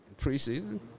preseason